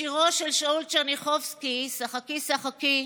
בשירו של שאול טשרניחובסקי "שחקי שחקי",